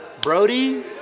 brody